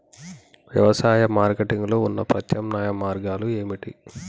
వ్యవసాయ మార్కెటింగ్ లో ఉన్న ప్రత్యామ్నాయ మార్గాలు ఏమిటి?